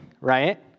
right